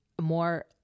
more